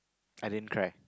I didn't cry